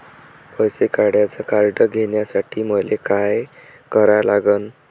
पैसा काढ्याचं कार्ड घेण्यासाठी मले काय करा लागन?